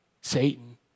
Satan